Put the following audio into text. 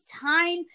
time